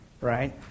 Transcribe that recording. right